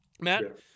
Matt